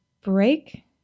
break